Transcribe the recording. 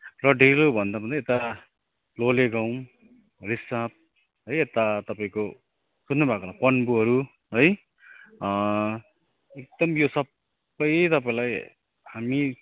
र डेलोभन्दा पनि यता लोलेगाउँ रेसेप है यता तपाईँको सुन्नुभएको होला पन्बूहरू है एकदम यो सबै तपाईँलाई हामी